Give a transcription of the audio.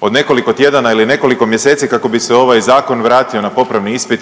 od nekoliko tjedana ili nekoliko mjeseci kako bi se ovaj zakon vratio na popravni ispit